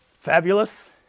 fabulous